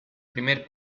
primer